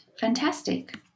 Fantastic